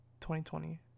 2020